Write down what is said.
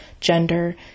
gender